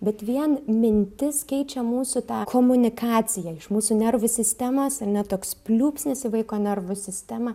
bet vien mintis keičia mūsų tą komunikaciją iš mūsų nervų sistemos ane toks pliūpsnis į vaiko nervų sistemą